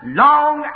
long